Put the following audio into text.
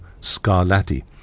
Scarlatti